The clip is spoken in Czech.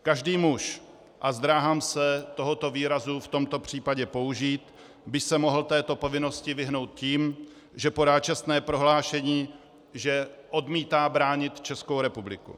Každý muž, a zdráhám se tohoto výrazu v tomto případě použít, by se mohl této povinnosti vyhnout tím, že podá čestné prohlášení, že odmítá bránit Českou republiku.